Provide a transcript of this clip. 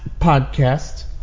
podcast